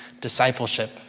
discipleship